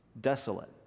desolate